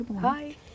Hi